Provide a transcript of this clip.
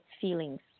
feelings